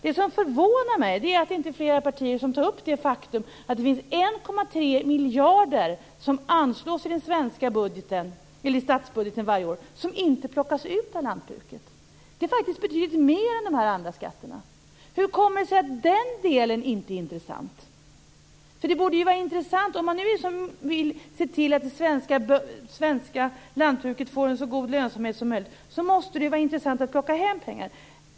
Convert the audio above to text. Det förvånar mig att inte fler partier tar upp det faktum att det anslås 1,3 miljarder i den svenska statsbudgeten varje år som inte plockas ut av lantbruket. Det är faktiskt betydligt mer än de här andra skatterna. Hur kommer det sig att den delen inte är intressant? Om man vill se till att det svenska lantbruket får en så god lönsamhet som möjligt, måste det ju vara intressant att plocka hem pengar.